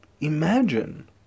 imagine